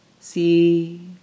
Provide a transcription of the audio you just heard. see